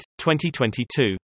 2022